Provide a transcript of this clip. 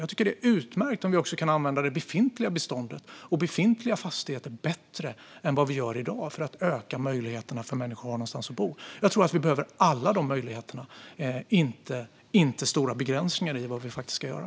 Jag tycker att det är utmärkt om vi kan använda det befintliga beståndet, de befintliga fastigheterna, bättre än vi gör i dag för att öka möjligheterna för människor att bo någonstans. Jag tror att vi behöver alla dessa möjligheter, inte stora begränsningar i vad vi ska göra.